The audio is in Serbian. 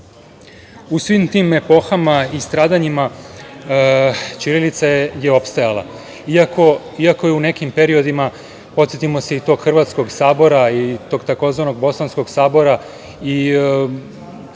U svim tim epohama i stradanjima ćirilica je opstajala. Iako je u nekim periodima, podsetimo se i tog Hrvatskog sabora i tog tzv. Bosanskog sabora i u doba